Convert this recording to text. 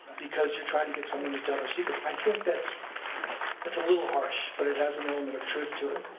because you're trying to get someone to tell secrets. i think that's that's a little harsh, but it has an element of truth to it.